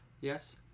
yes